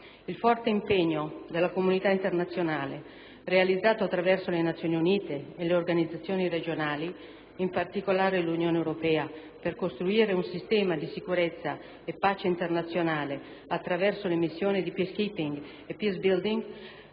Il forte impegno della comunità internazionale, realizzato attraverso le Nazioni Unite e le organizzazioni regionali, in particolare l'Unione Europea, per costruire un sistema di sicurezza e pace internazionale attraverso le missioni di *peace keeping* e di *peace building*